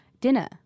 dinner